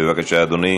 בבקשה, אדוני.